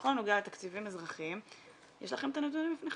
בכל הנוגע לתקציבים אזרחיים יש לכם את הנתונים לפניכם?